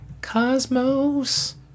Cosmos